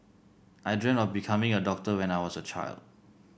I dreamt of becoming a doctor when I was a child